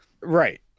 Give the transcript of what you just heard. Right